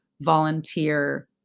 Volunteer